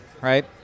right